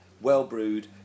Well-brewed